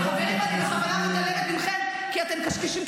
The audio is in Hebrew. חברת הכנסת סגמן, תני לה בבקשה לסיים.